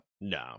no